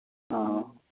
ᱚᱼᱚ